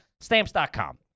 Stamps.com